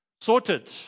Sorted